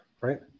right